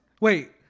Wait